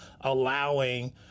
allowing